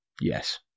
Yes